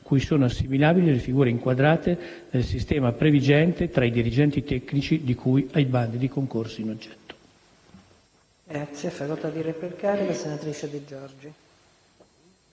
cui sono assimilabili le figure inquadrate nel sistema previgente tra i dirigenti tecnici di cui ai bandi di concorso in oggetto. [DI